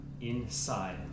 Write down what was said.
inside